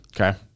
Okay